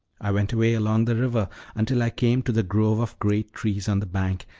i went away along the river until i came to the grove of great trees on the bank,